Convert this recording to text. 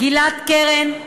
גלעד קרן,